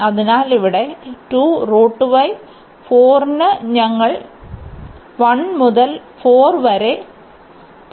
അതിനാൽ ഇവിടെ y ന് ഞങ്ങൾ 1 മുതൽ 4 വരെ പോകും